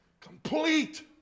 Complete